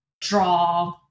draw